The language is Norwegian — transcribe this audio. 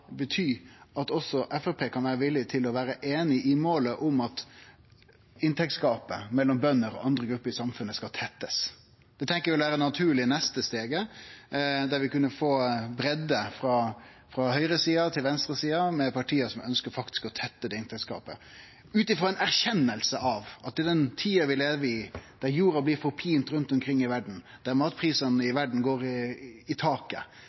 bety at også Framstegspartiet kan vere villige til å vere einige i målet om at inntektsgapet mellom bønder og andre grupper i samfunnet skal tettast. Vi tenkjer at det er det naturlege neste steget, der vi kunne få breidde – frå høgresida til venstresida – av parti som faktisk ønskjer å tette det inntektsgapet ut frå ei erkjenning av at i den tida vi lever, der jorda vert pint ut rundt omkring i verda, der matprisane i verda går i taket,